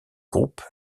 groupe